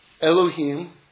Elohim